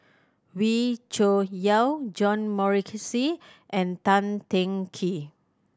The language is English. Wee Cho Yaw John Morrice and Tan Teng Kee